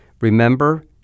Remember